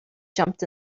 jumped